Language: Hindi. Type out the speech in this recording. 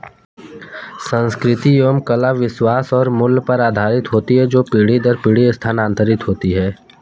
संस्कृति एवं कला विश्वास और मूल्य पर आधारित होती है जो पीढ़ी दर पीढ़ी स्थानांतरित होती हैं